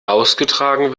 ausgetragen